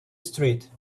street